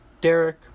Derek